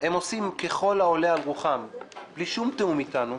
הם עושים ככל העולה על רוחם בלי שום תיאום איתנו.